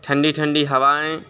ٹھنڈی ٹھنڈی ہوائیں